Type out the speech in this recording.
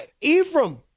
Ephraim